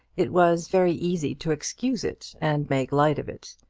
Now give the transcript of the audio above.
it was very easy to excuse it and make light of it.